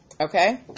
Okay